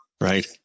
Right